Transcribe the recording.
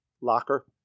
locker